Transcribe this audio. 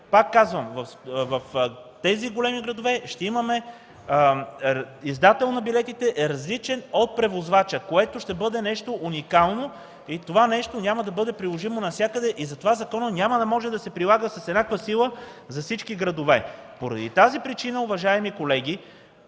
Пак казвам, в тези големи градове издателят на билетите ще бъде различен от превозвача, което ще бъде нещо уникално и то няма да бъде приложимо навсякъде. Затова законът няма да може да се прилага с еднаква сила за всички градове. Поради тази причина, уважаеми колеги,